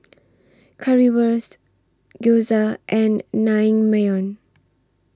Currywurst Gyoza and Naengmyeon